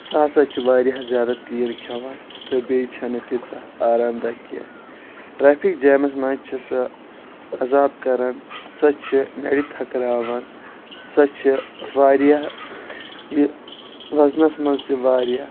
سُہ ہسا چھ واریاہ زیٛادٕ تیٖل کھٮ۪وان تہٕ بیٚیہِ چھنہٕ تیٖژاہ آرام دہ کیٚنٛہہ ٹریفِک جیمس منٛز چھ سۄ عذاب کران سۄ چھ نرِ تھکراوان سۄ چھ واریاہ وزنس منٛز تہِ واریاہ